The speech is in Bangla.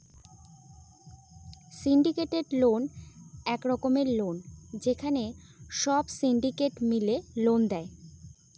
সিন্ডিকেটেড লোন এক রকমের লোন যেখানে সব সিন্ডিকেট মিলে লোন দেয়